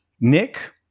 Nick